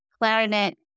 clarinet